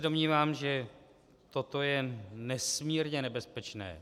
Domnívám se, že toto je nesmírně nebezpečné.